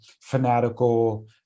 fanatical